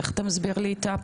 איך אתה מסביר את הפער?